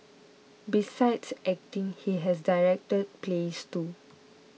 besides acting he has directed plays too